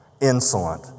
insolent